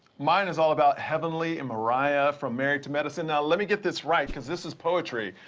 mine is all about heavenly and mariah from married to medicine. now, let me get this right, cause this is poetry.